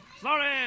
Sorry